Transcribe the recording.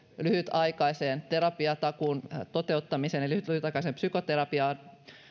lyhytaikaisen terapiatakuun toteuttamiseen eli lyhytaikaiseen psykoterapiaan